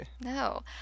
No